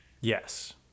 Yes